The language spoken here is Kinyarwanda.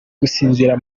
gusinzira